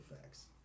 facts